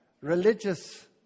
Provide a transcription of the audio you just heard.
religious